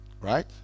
Right